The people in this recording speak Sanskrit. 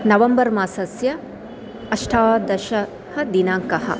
नवम्बर् मासस्य अष्टादशदिनाङ्कः